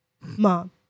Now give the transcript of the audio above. mom